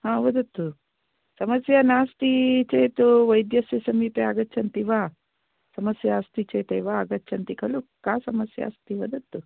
वदतु समस्या नास्ति चेत् वैद्यस्य समीपे आगच्छन्ति वा समस्या अस्ति चेत् एव आगच्छन्ति खलु का समस्या अस्ति वदतु